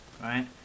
right